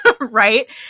right